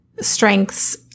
strengths